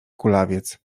kulawiec